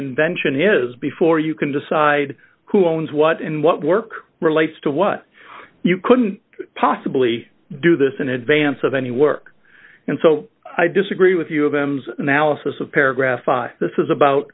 invention is before you can decide who owns what and what work relates to what you couldn't possibly do this in advance of any work and so i disagree with you of m's analysis of paragraph five this is about